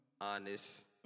honest